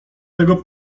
tego